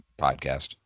podcast